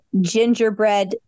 gingerbread